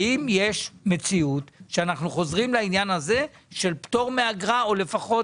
האם יש מציאות שבה אנחנו חוזרים לעניין הזה של פטור מאגרה או לפחות